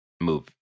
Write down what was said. move